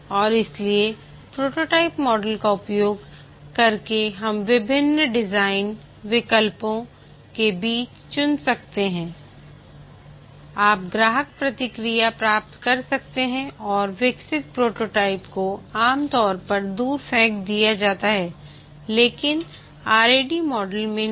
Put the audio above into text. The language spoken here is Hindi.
और इसलिए प्रोटोटाइप मॉडल का उपयोग करके आप विभिन्न डिज़ाइन विकल्पों के बीच चुन सकते हैं आप ग्राहक प्रतिक्रिया प्राप्त कर सकते हैं और विकसित प्रोटोटाइप को आमतौर पर दूर फेंक दिया जाता है लेकिन RAD मॉडल में नहीं